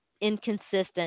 inconsistent